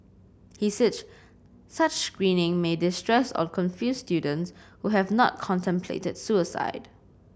he said such screening may distress or confuse students who have not contemplated suicide